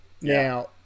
now